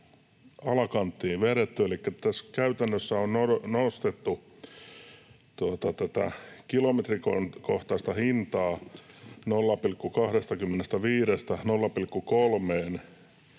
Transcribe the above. alakanttiin vedetty. Elikkä tässä käytännössä on nostettu tätä kilometrikohtaista hintaa 0,25:stä